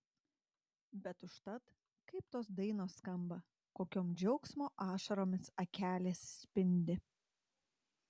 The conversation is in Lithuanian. bet užtat kaip tos dainos skamba kokiom džiaugsmo ašaromis akelės spindi